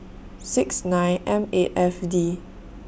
six nine M eigh F D